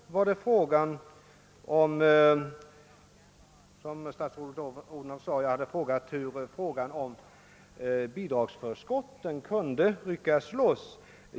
Jag hade frågat hur frågan om bidragsförskotten kunde ryckas loss.